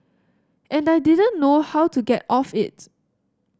and I didn't know how to get off it